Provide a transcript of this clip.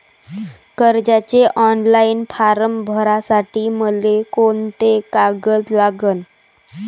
कर्जाचे online form भरासाठी मले कोंते कागद लागन?